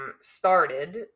started